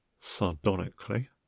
sardonically